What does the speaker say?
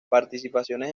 participaciones